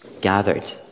gathered